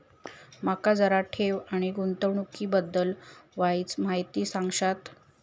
माका जरा ठेव आणि गुंतवणूकी बद्दल वायचं माहिती सांगशात?